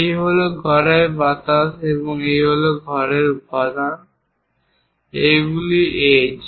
এই হল ঘরের বাতাস এবং এই হল ঘরের উপাদান এইগুলি এজ